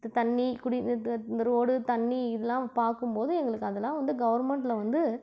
இந்த தண்ணி குடி இந்த ரோடு தண்ணி இதலாம் பார்க்கும்போது எங்களுக்கு அதலாம் வந்து கவர்மெண்ட்டுல வந்து